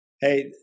Hey